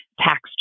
tax